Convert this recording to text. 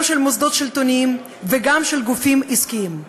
גם של מוסדות שלטוניים וגם של גופים עסקיים,